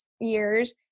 years